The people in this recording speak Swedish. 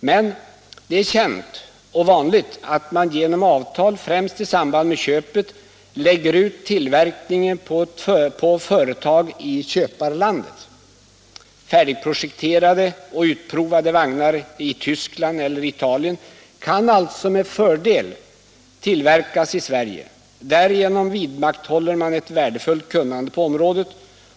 Men det är känt och vanligt att man genom avtal främst i samband med köpet lägger ut tillverkningen på ett företag i köparlandet. Färdigprojekterade och utprovade vagnar i Tyskland eller Italien kan alltså med fördel tillverkas i Sverige. Därigenom vidmakthåller man ett värdefullt kunnande på området.